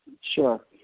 Sure